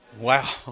Wow